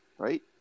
right